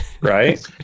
Right